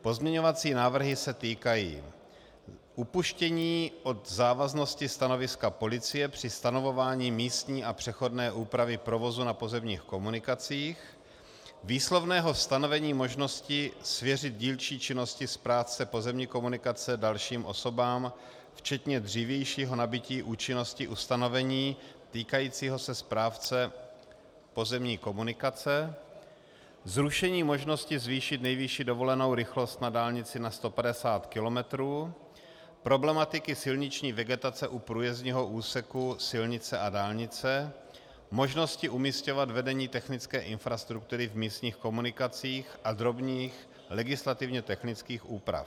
Pozměňovací návrhy se týkají upuštění od závaznosti stanoviska policie při stanovování místní a přechodné úpravy provozu na pozemních komunikacích, výslovného stanovení možnosti svěřit dílčí činnosti správce pozemní komunikace dalším osobám, včetně dřívějšího nabytí účinnosti ustanovení týkajícího se správce pozemní komunikace, zrušení možnosti zvýšit nejvyšší dovolenou rychlost na dálnici na 150 kilometrů, problematiky silniční vegetace u průjezdního úseku silnice a dálnice, možnosti umísťovat vedení technické infrastruktury v místních komunikacích a drobných legislativně technických úprav.